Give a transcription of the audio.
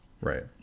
Right